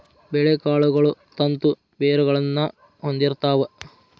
ಬೇಳೆಕಾಳುಗಳು ತಂತು ಬೇರುಗಳನ್ನಾ ಹೊಂದಿರ್ತಾವ